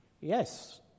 Yes